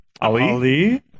Ali